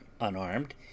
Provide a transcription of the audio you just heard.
unarmed